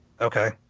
Okay